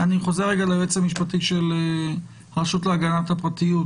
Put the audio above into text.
אני חוזר ליועץ המשפטי של הרשות להגנת הפרטיות,